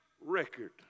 record